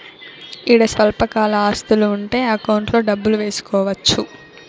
ఈడ స్వల్పకాల ఆస్తులు ఉంటే అకౌంట్లో డబ్బులు వేసుకోవచ్చు